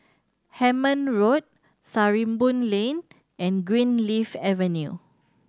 Hemmant Road Sarimbun Lane and Greenleaf Avenue